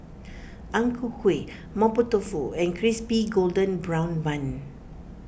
Ang Ku Kueh Mapo Tofu and Crispy Golden Brown Bun